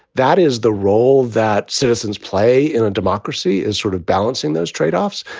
that is the role that citizens play in a democracy is sort of balancing those tradeoffs.